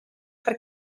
per